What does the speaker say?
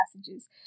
passages